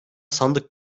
sandık